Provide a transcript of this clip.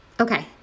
Okay